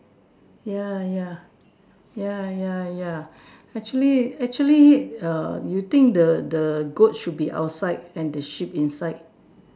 ya ya ya ya ya actually actually err you think the the goat should be outside and the sheep inside